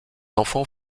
enfants